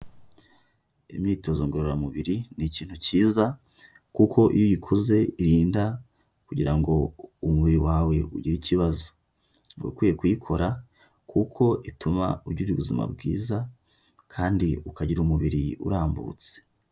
Imyitozo ngororamubiri ni ikintu cyiza kuko iyo uyikoze irinda kugira ngo umubiri wawe ugire ikibazo. Uba ukwiye kuyikora kuko ituma ugira ubuzima bwiza kandi ukagira umubiri urambutse.